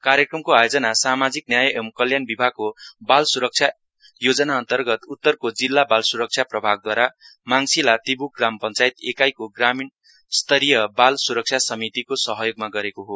कार्यक्रमको आयोजना सामाजिक न्याय एवं कल्याण विभागको बाल सुरक्षा योजना अन्तर्गत उत्तरको जिल्ला बाल स्रक्षा प्रभागद्वारा माङशीला तिब्क ग्राम पञ्चायत इकाइको ग्राम स्तरीय बाल सुरक्षा समितिसितको सहयोगमा गरेको हो